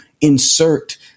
insert